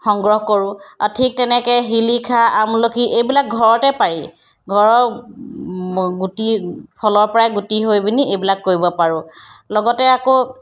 সংগ্ৰহ কৰোঁ আৰু ঠিক তেনেকৈ শিলিখা আমলখি এইবিলাক ঘৰতে পাৰি ঘৰৰ গুটি ফলৰ পৰাই গুটি হৈ পিনি এইবিলাক কৰিব পাৰোঁ লগতে আকৌ